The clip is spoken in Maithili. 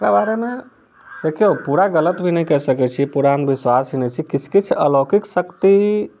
एकरा बारे मे देखियौ पूरा गलत भी नहि कही सकै छी पूरा अन्धविश्वास नहि छै किछु किछु अलौकिक शक्ति